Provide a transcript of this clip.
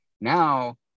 Now